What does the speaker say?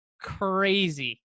crazy